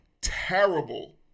terrible